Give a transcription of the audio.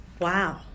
Wow